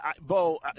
Bo